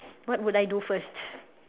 what would I do first